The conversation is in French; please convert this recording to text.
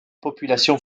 population